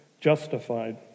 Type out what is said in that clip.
justified